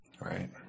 Right